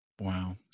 Wow